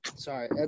Sorry